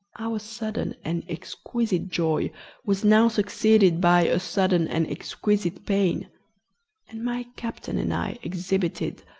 our sudden and exquisite joy was now succeeded by a sudden and exquisite pain and my captain and i exhibited,